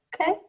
okay